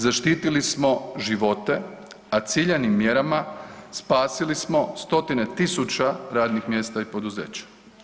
Zaštitili smo živote, a ciljanim mjerama spasili smo stotine tisuća radnih mjesta i poduzeća.